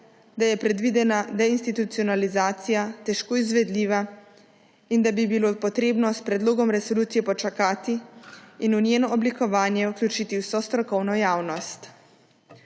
da je predvidena deinstitucionalizacija težko izvedljiva in da bi bilo treba s predlogom resolucije počakati in v njeno oblikovanje vključiti vso strokovno javnost.